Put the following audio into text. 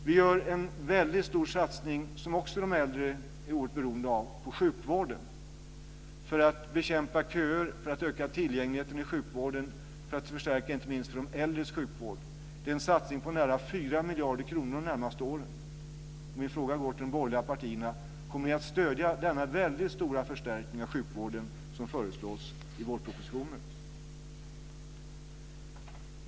Vi gör en väldigt stor satsning som de äldre också är oerhört beroende av, nämligen på sjukvården, för att bekämpa köer, för att öka tillgängligheten i sjukvården och inte minst för att förstärka de äldres sjukvård. Det är en satsning om närmare 4 miljarder kronor under de närmaste åren. Min fråga går till de borgerliga partierna: Kommer ni att stödja denna väldigt stora förstärkning av sjukvården som föreslås i vårpropositionen?